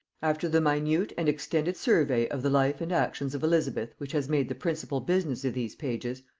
after the minute and extended survey of the life and actions of elizabeth which has made the principal business of these pages,